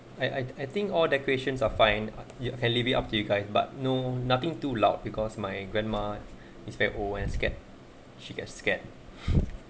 I I I think all decorations are fine or you can leave it up to you guys but no nothing too loud because my grandma is very oh and scared she get scared